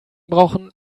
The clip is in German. brauchen